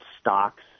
stocks